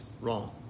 wrong